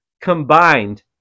Combined